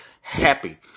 happy